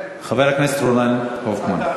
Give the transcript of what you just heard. חבר הכנסת רונן הופמן.